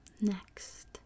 next